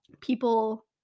people